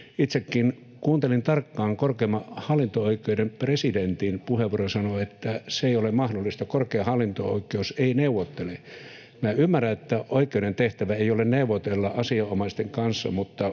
Itsekin kuuntelin tarkkaan korkeimman hallinto-oikeuden presidentin puheenvuoron, ja hän sanoi, että se ei ole mahdollista, korkein hallinto-oikeus ei neuvottele. Minä ymmärrän, että oikeuden tehtävä ei ole neuvotella asianomaisten kanssa.